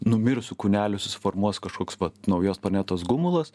numirusių kūnelių susiformuos kažkoks vat naujos planetos gumulas